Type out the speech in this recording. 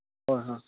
হয় হয়